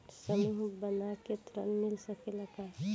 समूह बना के ऋण मिल सकेला का?